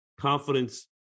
confidence